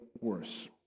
worse